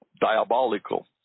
diabolical